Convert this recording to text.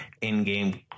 in-game